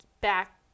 back